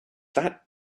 that